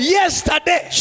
yesterday